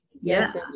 yes